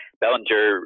Bellinger